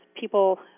people